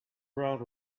ground